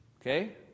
okay